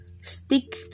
stick